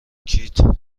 کیت